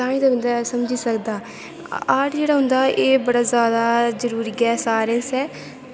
तां गै बंदा समझी सकदा आर्ट जेह्ड़ा होंदा एह् बड़ा जरूरी ऐ बंदै आस्तै